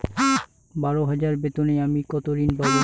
বারো হাজার বেতনে আমি কত ঋন পাব?